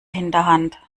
hinterhand